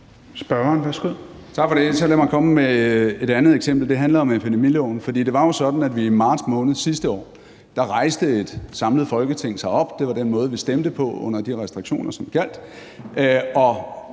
Tak for det. Så lad mig komme med et andet eksempel. Det handler om epidemiloven. For det var jo sådan, at i marts måned sidste år rejste et samlet Folketing sig op – det var den måde, vi stemte på, under de restriktioner, som gjaldt